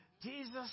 Jesus